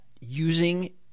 using